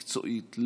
מקצועית,